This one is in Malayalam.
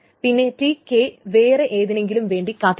പിന്നെ Tk വേറെ ഏതിനെങ്കിലും വേണ്ടി കാത്തിരിക്കും